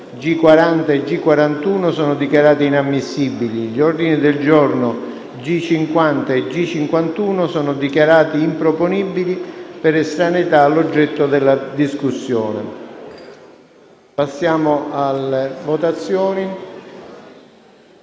G40 e G41 sono dichiarati inammissibili. Gli ordini del giorno G50 e G51 sono dichiarati improponibili per estraneità all'oggetto della discussione. Essendo stati